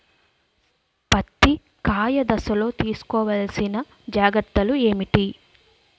పత్తి కాయ దశ లొ తీసుకోవల్సిన జాగ్రత్తలు ఏంటి?